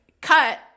cut